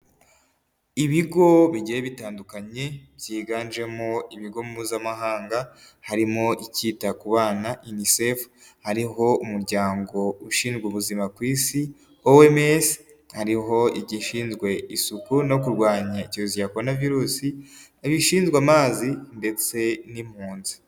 Ibigo bigiye bitandukanye byiganjemo ibigo mpuzamahanga, harimo icyita ku bana UNICEF, hariho umuryango ushinzwe ubuzima ku isi OMS, hariho igishinzwe isuku no kurwanya Icyorezo cya koronavirusi, igishinzwe amazi ndetse n'impunzi.